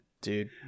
Dude